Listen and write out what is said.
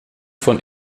von